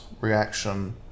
reaction